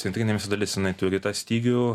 centrinėmis dalis jinai turi tą stygių